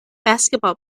basketball